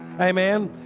Amen